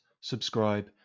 subscribe